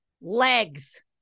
legs